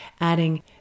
adding